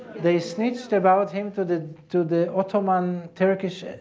they snitched about him to the to the ottoman turkish